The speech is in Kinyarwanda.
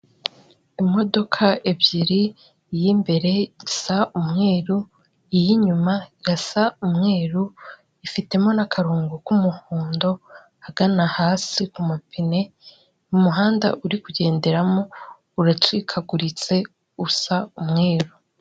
Imodoka ebyiri iy'imbere isa umweru iy'inyuma irasa umweru ifitemo n'akarongo k'umuhondo hagana hasi ku mapine umuhanda uri kugenderamo uracikaguritse usa umweru.